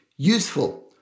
Useful